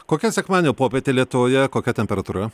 kokia sekmadienio popietė lietuvoje kokia temperatūra